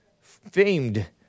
famed